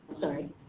sorry